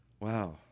Wow